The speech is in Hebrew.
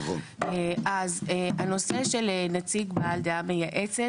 אז הנושא של נציג בעל דעה מייעצת,